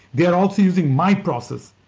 they're also using my process.